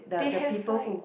they have like